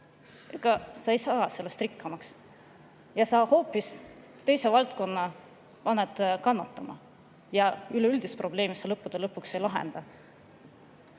ega sa ei saa sellest rikkamaks. Sa paned hoopis teise valdkonna kannatama ja üleüldist probleemi sa lõppude lõpuks ei lahenda.